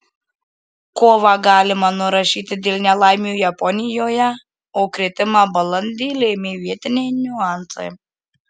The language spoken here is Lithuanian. kovą galima nurašyti dėl nelaimių japonijoje o kritimą balandį lėmė vietiniai niuansai